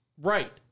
Right